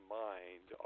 mind